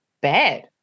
bad